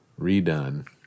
redone